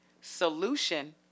solution